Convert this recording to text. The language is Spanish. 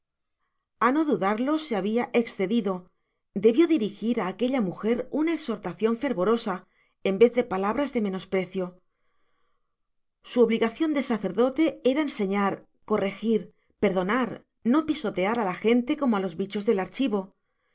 a no dudarlo se había excedido debió dirigir a aquella mujer una exhortación fervorosa en vez de palabras de menosprecio su obligación de sacerdote era enseñar corregir perdonar no pisotear a la gente como a los bichos del archivo